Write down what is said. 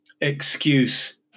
excuse